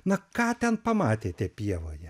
na ką ten pamatėte pievoje